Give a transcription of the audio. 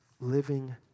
living